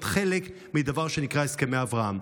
להיות חלק מהדבר שנקרא הסכמי אברהם.